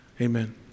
Amen